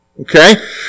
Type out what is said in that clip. Okay